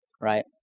Right